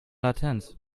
latenz